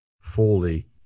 fully